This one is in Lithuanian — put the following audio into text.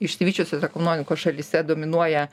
išsivysčiusios ekonomikos šalyse dominuoja